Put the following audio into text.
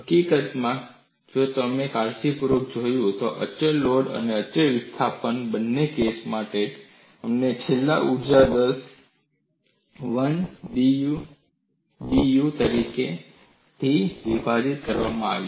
હકીકતમાં જો તમે કાળજીપૂર્વક જોયું હોય તો અચળ લોડ અને અચળ વિસ્થાપન બંને કેસો માટે અમને છેલ્લે ઊર્જા પ્રકાશન દર 1 દ્વારા B dU દ્વારા દાથી વિભાજિત કરવામાં આવ્યો